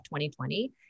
2020